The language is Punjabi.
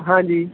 ਹਾਂਜੀ